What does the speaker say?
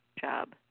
job